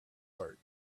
art